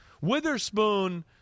Witherspoon